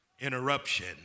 interruption